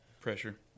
pressure